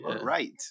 right